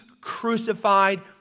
crucified